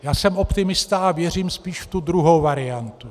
Já jsem optimista a věřím spíš ve druhou variantu.